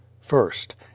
First